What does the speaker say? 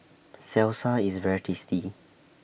Salsa IS very tasty